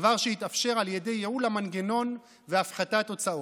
זה דבר שיתאפשר על ידי ייעול המנגנון והפחתת הוצאות.